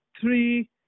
three